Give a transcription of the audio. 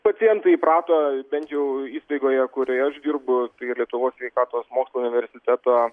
pacientai įprato bent jau įstaigoje kurioje aš dirbu lietuvos sveikatos mokslų universiteto